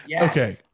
okay